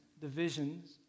divisions